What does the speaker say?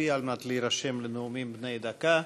נצביע על מנת להירשם לנאומים בני דקה.